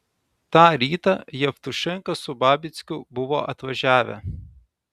tą rytą jevtušenka su babickiu buvo atvažiavę